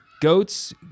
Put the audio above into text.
goats